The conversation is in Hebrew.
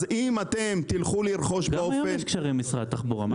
אז אם אתם תלכו לרכוש באופן --- גם היום יש קשרים עם משרד התחבורה.